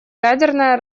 ядерное